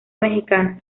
mexicano